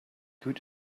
good